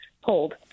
hold